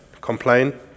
complain